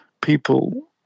people